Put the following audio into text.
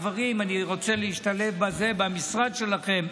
ואני רוצה להשתלב במשרד שלכם.